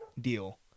deal